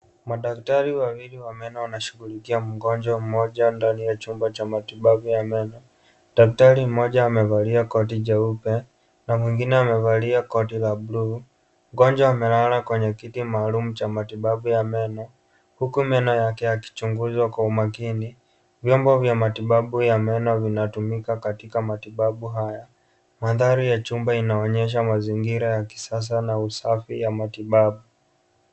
Madaktari wawili wa meno wanashughulikia mgonjwa mmoja ndani ya chumba cha matibabu ya meno. Daktari mmoja amevalia koti jeupe na mwingine amevalia kodi la bluu. Mgonjwa amelala kwenye kiti maalumu cha matibabu ya meno, huku meno yake yakichunguzwa kwa umakini. Vyombo vya matibabu ya meno vinatumika katika matibabu haya. Mandhari ya chumba inaonyesha mazingira ya kisasa na usafi ya matibabu.